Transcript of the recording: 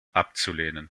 abzulehnen